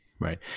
Right